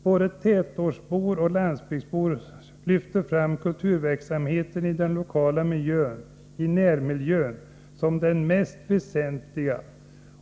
Både tätortsbor och landsbygdsbor lyfter fram kulturverksamheten i den lokala miljön, i närmiljön, som den mest väsentliga.